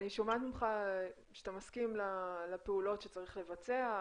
אני שומעת ממך שאתה מסכים לפעולות שצריך לבצע,